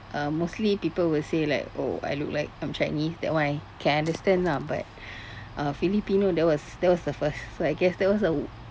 um mostly people will say like oh I look like I'm chinese that one I can understand lah but filipino that was that was the first so I guess that was a w~